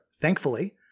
thankfully